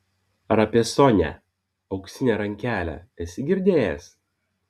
ar apie sonią auksinę rankelę esi girdėjęs